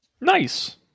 Nice